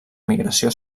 migració